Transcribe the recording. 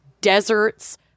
deserts